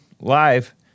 live